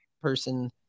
person